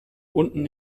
unten